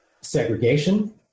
segregation